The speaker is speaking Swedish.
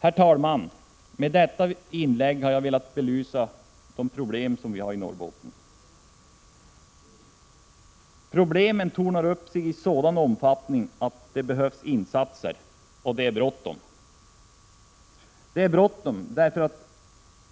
Herr talman! Med detta inlägg har jag velat belysa Norrbottens problem. Problemen tornar upp sig i sådan omfattning att det behövs insatser, och det är bråttom därför